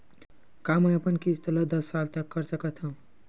का मैं अपन किस्त ला दस साल तक कर सकत हव?